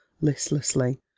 listlessly